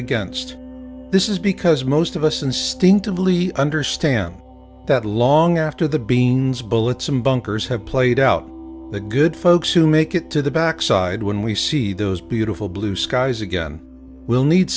against this is because most of us instinctively understand that long after the beans bullets and bunkers have played out the good folks who make it to the backside when we see those beautiful blue skies again will need